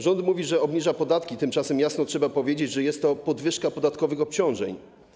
Rząd mówi, że obniża podatki, tymczasem jasno trzeba powiedzieć, że jest to podwyżka podatkowych obciążeń.